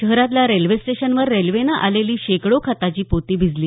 शहरातल्या रेल्वे स्टेशनवर रेल्वेनं आलेली शेकडो खताची पोती भिजली